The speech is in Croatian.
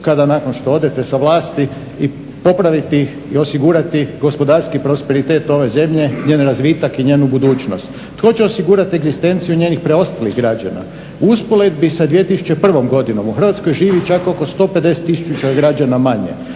kada nakon što odete sa vlasti popraviti ih i osigurati gospodarski prosperitet ove zemlje, njen razvitak i njenu budućnost, tko će osigurati egzistenciju njenih preostalih građana. Usporedbi sa 2001. godinom u Hrvatskoj živi čak oko 1500000 građana manje.